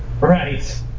Right